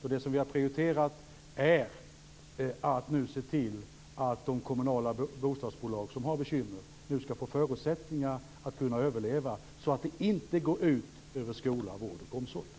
Bland det vi har prioriterat är att nu se till att de kommunala bostadsbolag som har bekymmer skall få förutsättningar för att kunna överleva så att det inte går ut över skola, vård och omsorg.